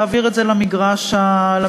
להעביר את זה למגרש המשפטי,